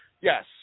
yes